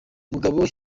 mugabo